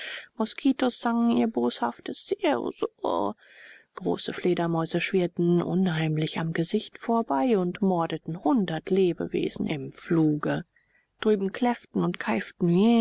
moskitos sangen ihr boshaftes sirr surr große fledermäuse schwirrten unheimlich am gesicht vorbei und mordeten hundert lebewesen im fluge drüben kläfften und keiften